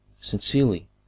sincerely